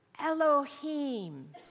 Elohim